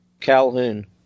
Calhoun